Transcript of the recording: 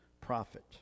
prophet